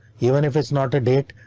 even if it's not a date,